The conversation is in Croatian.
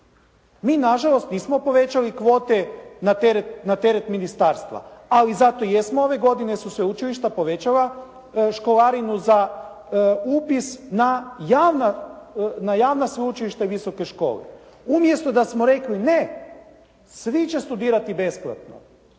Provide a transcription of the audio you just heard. Mi na žalost nismo povećali kvote na teret ministarstva, ali zato jesmo ove godine su sveučilišta povećala školarinu za upis na javna sveučilišta i visoke škole, umjesto da smo rekli ne, svi će studirati besplatno.